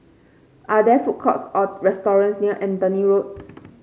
are there food courts or restaurants near Anthony Road